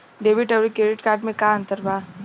Debit आउर credit card मे का अंतर बा?